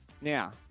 Now